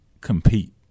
compete